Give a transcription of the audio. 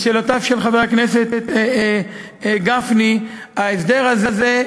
לשאלותיו של חבר הכנסת גפני, ההסדר הזה,